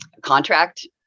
contract